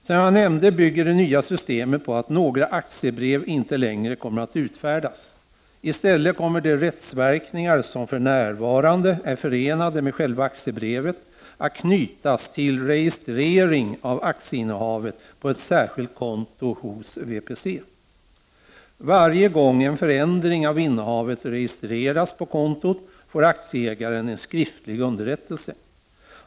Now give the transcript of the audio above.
Som jag nämnde bygger det nya systemet på att några aktiebrev inte längre kommer att utfärdas. I stället kommer de rättsverkningar som för närvarande är förenade med själva aktiebrevet att knytas till registrering av aktieinnehavet på ett särskilt konto hos VPC. Varje gång en förändring av innehavet registreras på kontot får aktieägaren en skriftlig underrättelse.